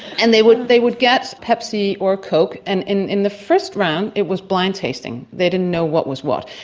and they would they would guess pepsi or coke, and in in the first round it was blind tasting, they didn't know what was what.